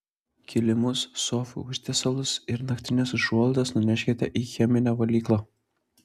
kilimus sofų užtiesalus ir naktines užuolaidas nuneškite į cheminę valyklą